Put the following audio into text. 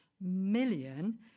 million